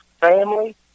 family